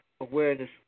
Awareness